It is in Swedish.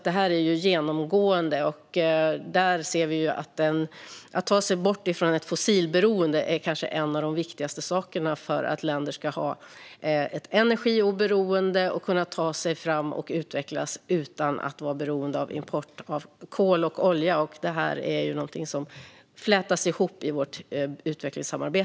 Det är alltså genomgående. Att ta sig bort från ett fossilberoende är en av de kanske viktigaste sakerna för att länder ska ha ett energioberoende och kunna ta sig fram och utvecklas utan att vara beroende av import av kol och olja. Det är någonting som flätas ihop i vårt utvecklingssamarbete.